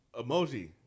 emoji